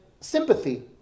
sympathy